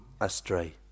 astray